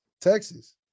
Texas